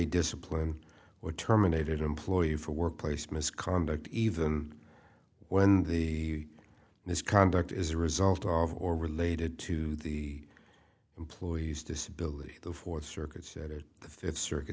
discipline or terminated an employee for workplace misconduct even when the misconduct is a result of or related to the employee's disability the fourth circuit said it the fifth circuit